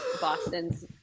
boston's